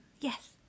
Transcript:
yes